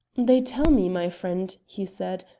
they tell me, my friend, he said,